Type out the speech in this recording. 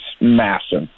massive